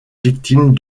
victimes